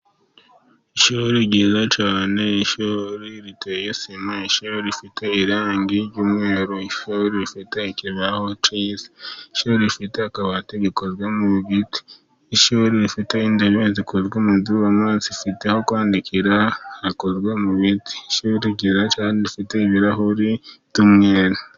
ishuri ryiza cyane, ishuri riteye sima, ishuri rifite irangi ry'umweru, ishuri rifite ikibaho cyiza, ishuri rifite akabati gakozwe mu giti, ishuri rifite intebe zikozwe mu byuma zifite Aho kwandikira hakozwe mu biti, ishuri ryiza cyane rifite ibirahuri by'umweru.